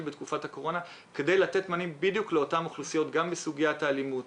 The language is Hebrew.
בתקופת הקורונה כדי לתת מענים גם בסוגיות האלימות,